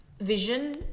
vision